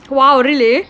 !wow! really